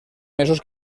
mesos